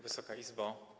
Wysoka Izbo!